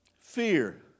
Fear